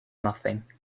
nothing